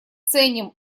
ценим